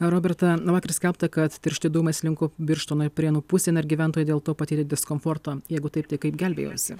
roberta vakar skelbta kad tiršti dūmai slinko birštono prienų pusėn ir gyventojai dėl to patyrė diskomfortą jeigu taip tai kaip gelbėjosi